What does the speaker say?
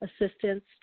assistance